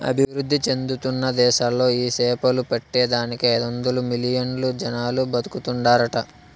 అభివృద్ధి చెందుతున్న దేశాలలో ఈ సేపలు పట్టే దానికి ఐదొందలు మిలియన్లు జనాలు బతుకుతాండారట